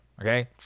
okay